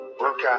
Workout